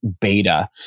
beta